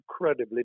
incredibly